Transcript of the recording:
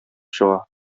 чыга